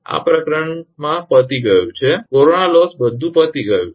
આ પ્રકરણમાં પતી ગયુ છે કોરોના લોસ બધું પતી ગયું છે